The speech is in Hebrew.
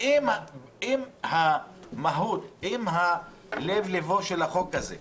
אם במהות, אם בלב ליבו של החוק הזה,